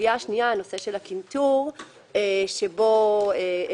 הסוגיה השנייה היא נושא הקנטור שבה העלינו